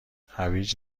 هویج